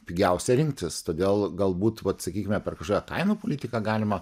pigiausia rinktis todėl galbūt vat sakykime per maža kainų politika galima